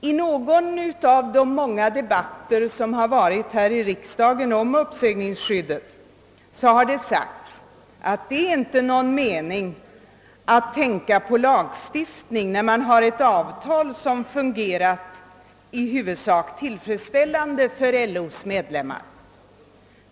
I någon av de många debatter som förts här i riksdagen om uppsägningsskyddet har det sagts att det inte är någon mening med att tänka på lagstiftning då det föreligger ett avtal som fungerat i huvudsak tillfredsställande för LO:s medlemmar.